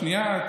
שנייה,